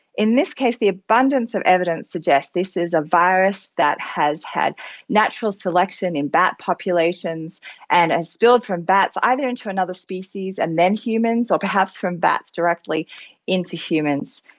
in this case, the abundance of evidence suggests this is a virus that has had natural selection in bat populations and has spilled from bats either into another species and then humans or perhaps from bats directly into humans.